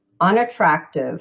unattractive